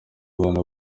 abana